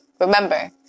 Remember